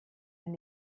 wenn